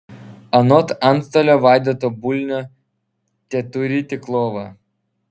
anot antstolio vaidoto bulnio teturi tik lovą